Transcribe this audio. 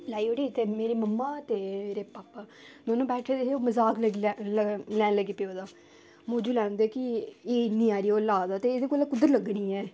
लाई ओड़ी ते मेरे मम्मा ते मेरे पापा दौनो बैठे दे हे ते ओह् मजाक लगी लैन लगी पे ओह्दा मौजू लैंदे कि एह् इन्नी हारी ओह् ला दा ते एह्दे कोला कुद्धर लग्गनी ऐ